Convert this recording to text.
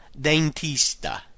dentista